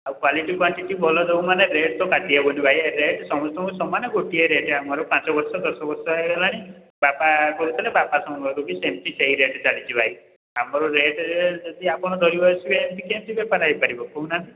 ଆଉ quality quantity ଭଲ ସବୁ ମାନେ ରେଟ୍ ତ କାଟି ହେବନି ଭାଇ ରେଟ୍ ସମସ୍ତଙ୍କୁ ସମାନ ଗୋଟିଏ ରେଟ୍ ଆମର ପାଞ୍ଚ ବର୍ଷ ଦଶ ବର୍ଷ ହେଇଗଲାଣି ବାପା ଖୋଲି ଥିଲେ ବାପା ସମୟରୁ ବି ସେମିତି ସେଇ ରେଟ୍ ଚାଲିଛି ଭାଇ ଆମର ରେଟ୍ରେ ଯଦି ଆପଣ ଧରି ବସିବେ ଏମିତି କେମିତି ବେପାର ହେଇପାରିବ କହୁ ନାହାଁନ୍ତି